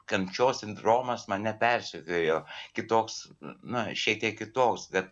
kančios sindromas mane persekiojo kitoks na šiek tiek kitoks kad